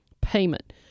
payment